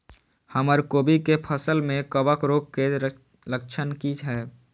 हमर कोबी के फसल में कवक रोग के लक्षण की हय?